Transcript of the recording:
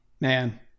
man